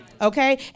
Okay